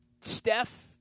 Steph